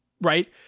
Right